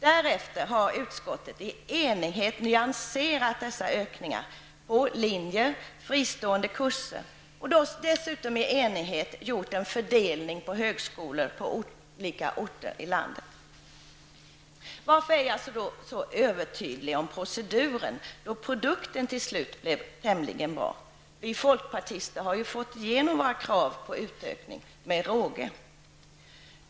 Därefter har utskottet i enighet nyanserat dessa ökningar på linjer och fristående kurser, och dessutom i enighet gjort en fördelning på högskolor på olika orter i landet. Varför är jag så övertydlig om proceduren, då produkten till slut blev tämligen bra? Vi folkpartister har ju fått igenom våra krav på utökning, med råge.